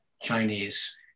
Chinese